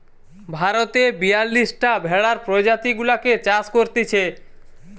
ভারতে বিয়াল্লিশটা ভেড়ার প্রজাতি গুলাকে চাষ করতিছে